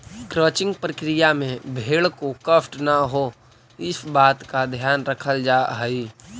crutching प्रक्रिया में भेंड़ को कष्ट न हो, इस बात का ध्यान रखल जा हई